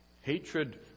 Hatred